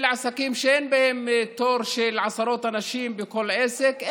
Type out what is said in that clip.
אלה עסקים שאין בהם תור של עשרות אנשים בכל עסק,